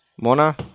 Mona